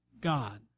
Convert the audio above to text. God